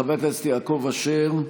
חבר הכנסת יעקב אשר?